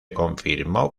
confirmó